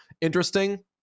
interesting